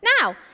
Now